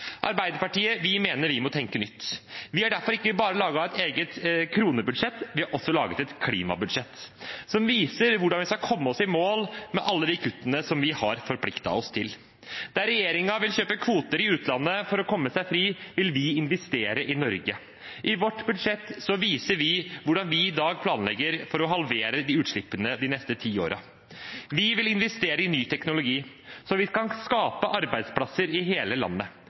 Arbeiderpartiet mener vi må tenke nytt. Vi har derfor ikke bare laget et eget kronebudsjett, vi har også laget et klimabudsjett som viser hvordan vi skal komme oss i mål med alle de kuttene som vi har forpliktet oss til. Der regjeringen vil kjøpe kvoter i utlandet for å komme seg fri, vil vi investere i Norge. I vårt budsjett viser vi hvordan vi i dag planlegger for å halvere utslippene de neste ti årene. Vi vil investere i ny teknologi, så vi kan skape arbeidsplasser i hele landet.